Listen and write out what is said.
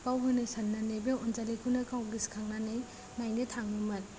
बावहोनो साननानै बे अनजालिखौनो गाव गोसखांनानै नायनो थाङोमोन